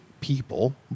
people